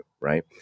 right